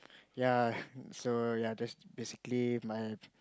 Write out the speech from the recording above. ya so ya that's basically my